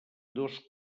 dos